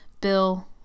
Bill